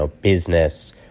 business